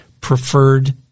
preferred